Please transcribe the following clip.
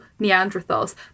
Neanderthals